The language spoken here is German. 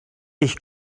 ich